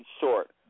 short